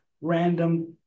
random